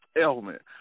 element